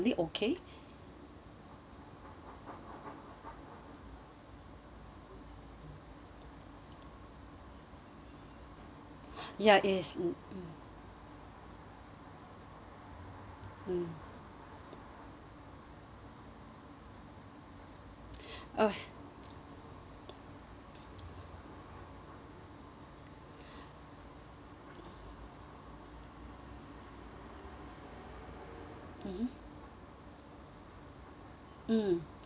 ya it is mm mm oh mmhmm mm